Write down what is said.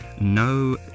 no